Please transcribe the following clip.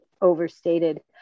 overstated